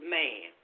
man